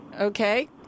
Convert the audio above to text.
Okay